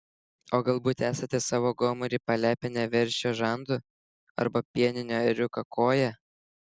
o galbūt esate savo gomurį palepinę veršio žandu arba pieninio ėriuko koja